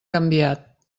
canviat